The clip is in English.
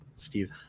Steve